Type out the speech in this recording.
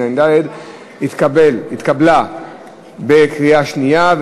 התקבלה בקריאה שנייה.